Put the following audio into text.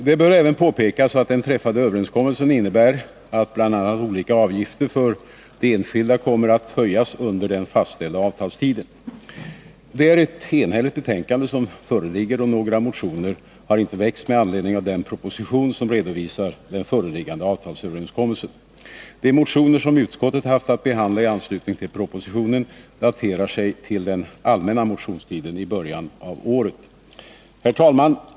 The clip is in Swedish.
Det bör även påpekas att den träffade överenskommelsen innebär att bl.a. olika avgifter för de enskilda kommer att höjas under den fastställda avtalstiden. Det är ett enhälligt betänkande som föreligger, och några motioner har inte väckts med anledning av den proposition som redovisar den föreliggande avtalsöverenskommelsen. De motioner som utskottet haft att behandla i anslutning till propositionen daterar sig till den allmänna motionstiden i början av året. Herr talman!